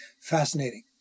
Fascinating